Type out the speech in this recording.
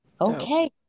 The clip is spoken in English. Okay